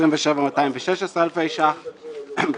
27,216 אלפי שקלים חדשים,